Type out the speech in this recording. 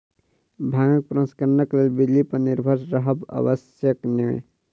भांगक प्रसंस्करणक लेल बिजली पर निर्भर रहब आवश्यक नै